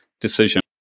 decision